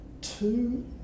two